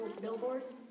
billboards